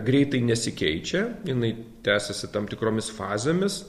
greitai nesikeičia jinai tęsiasi tam tikromis fazėmis